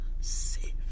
safe